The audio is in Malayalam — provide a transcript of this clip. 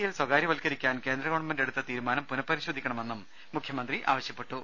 എൽ സ്വകാര്യവത്കരിക്കാൻ കേന്ദ്രഗവൺമെന്റെടുത്ത തീരു മാനം പുനപരിശോധിക്കണമെന്നും മുഖ്യമന്ത്രി ആവശ്യപ്പെട്ടു